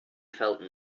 felt